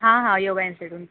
हां हां योगा इन्स्टिटयूट